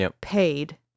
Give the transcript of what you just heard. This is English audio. paid